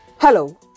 Hello